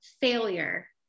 failure